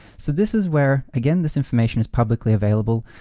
so this is where again, this information is publicly available.